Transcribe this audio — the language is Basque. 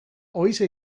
horixe